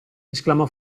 esclamò